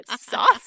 sauce